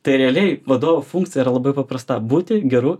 tai realiai vadovo funkcija yra labai paprasta būti geru